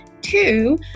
Two